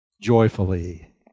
joyfully